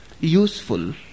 useful